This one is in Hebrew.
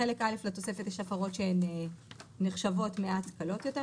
בחלק א' לתוספת יש הפרות שהן נחשבות מעט קלות יותר,